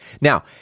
Now